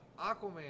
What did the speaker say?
Aquaman